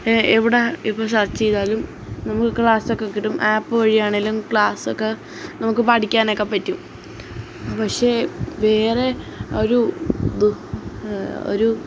എവിടെ ഇപ്പോള് സെർച്ചെയ്താലും നമുക്ക് ക്ലാസ്സൊക്കെ കിട്ടും ആപ്പ് വഴിയാണേലും ക്ലാസൊക്ക നമുക്ക് പഠിക്കാനൊക്കെ പറ്റും പക്ഷെ വേറെ ഒരു ഒരു